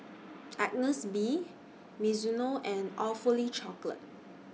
Agnes B Mizuno and Awfully Chocolate